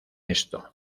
esto